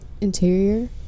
interior